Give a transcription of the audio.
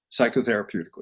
psychotherapeutically